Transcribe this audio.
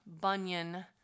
Bunyan